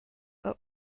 are